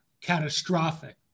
catastrophic